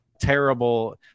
terrible